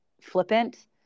flippant